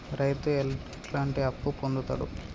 రైతు ఎట్లాంటి అప్పు పొందుతడు?